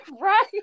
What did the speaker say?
Right